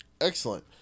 Excellent